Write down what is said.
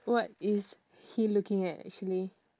what is he looking at actually